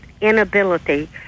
inability